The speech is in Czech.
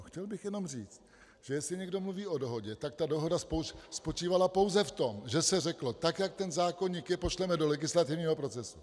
Chtěl bych jenom říct, že jestli někdo mluví o dohodě, tak ta dohoda spočívala pouze v tom, že se řeklo, tak jak ten zákoník je, pošleme ho do legislativního procesu.